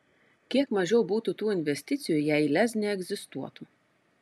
kiek mažiau būtų tų investicijų jei lez neegzistuotų